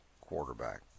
quarterback